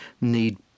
need